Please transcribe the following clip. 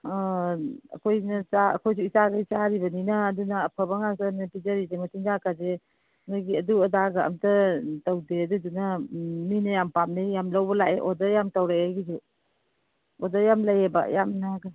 ꯑꯥ ꯑꯩꯈꯣꯏꯁꯨ ꯏꯆꯥꯒꯩ ꯆꯥꯔꯤꯕꯅꯤꯅ ꯑꯗꯨꯅ ꯑꯐꯕ ꯉꯥꯛꯇꯅꯦ ꯄꯤꯖꯔꯤꯁꯦ ꯃꯆꯤꯟꯖꯥꯛꯀꯁꯦ ꯅꯣꯏꯒꯤ ꯑꯗꯨ ꯑꯗꯒ ꯑꯝꯇ ꯇꯧꯗꯦ ꯑꯗꯨꯗꯨꯅ ꯎꯝ ꯃꯤꯅ ꯌꯥꯝ ꯄꯥꯝꯅꯩ ꯌꯥꯝ ꯂꯧꯕ ꯂꯥꯛꯑꯦ ꯑꯣꯗꯔ ꯌꯥꯝ ꯇꯧꯔꯛꯑꯦ ꯑꯩꯒꯤꯁꯨ ꯑꯣꯗꯔ ꯌꯥꯝ ꯂꯩꯌꯦꯕ ꯌꯥꯝꯅ